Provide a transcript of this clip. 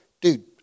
Dude